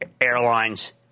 airlines